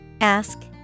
Ask